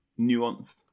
nuanced